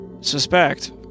suspect